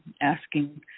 asking